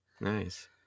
Nice